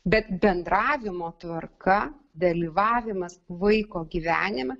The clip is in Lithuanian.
bet bendravimo tvarka dalyvavimas vaiko gyvenime